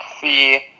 see